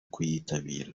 kuyitabira